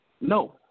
No